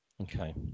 Okay